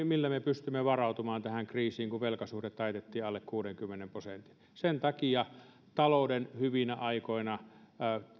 millä me pystymme varautumaan tähän kriisiin kun velkasuhde taitettiin alle kuudenkymmenen prosentin sen takia talouden hyvinä aikoina